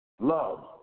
love